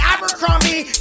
Abercrombie